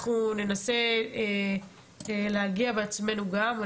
אנחנו ננסה להגיע בעצמנו גם.